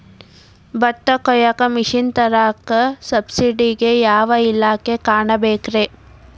ಭತ್ತ ಕೊಯ್ಯ ಮಿಷನ್ ತರಾಕ ಸಬ್ಸಿಡಿಗೆ ಯಾವ ಇಲಾಖೆ ಕಾಣಬೇಕ್ರೇ?